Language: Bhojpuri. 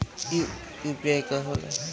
ई यू.पी.आई का होला?